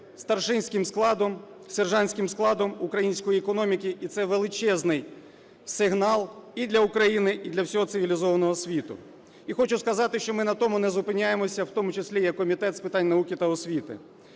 старшинським складом, сержантським складом української економіки, і це величезний сигнал і для України, і для всього цивілізованого світу. І хочу сказати, що ми на тому не зупиняємося, в тому числі як Комітет з питань науки і освіти,